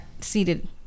seated